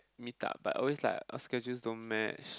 meet up but always like our schedules don't match